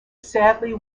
sadly